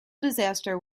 disaster